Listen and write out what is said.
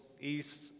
east